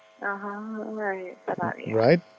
Right